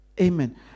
Amen